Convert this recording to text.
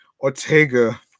Ortega